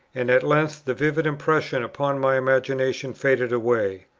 and at length the vivid impression upon my imagination faded away.